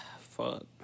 Fuck